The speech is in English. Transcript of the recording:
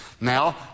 Now